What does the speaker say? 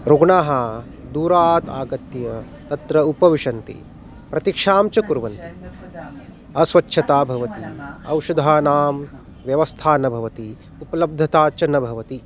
रुग्णाः दूरात् आगत्य तत्र उपविशन्ति प्रतिक्षां च कुर्वन्ति अस्वच्छता भवति औषधानां व्यवस्था न भवति उपलब्धता च न भवति